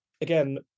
again